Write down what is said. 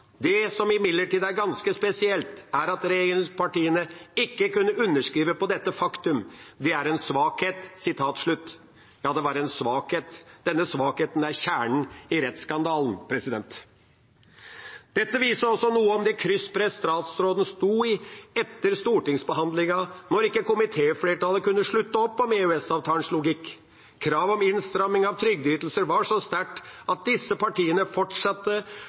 som imidlertid er ganske spesielt, er at regjeringspartiene ikke kunne underskrive på dette faktum. Det er en svakhet.» Ja, det var en svakhet. Denne svakheten er kjernen i rettsskandalen. Dette viser også noe av det krysspresset statsråden sto i etter stortingsbehandlingen, når ikke komitéflertallet kunne slutte opp om EØS-avtalens logikk. Kravet om innstramming av trygdeytelser var så sterkt at disse partiene fortsatte